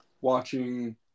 watching